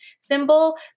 symbol